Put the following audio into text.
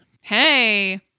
Hey